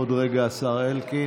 עוד רגע, השר אלקין.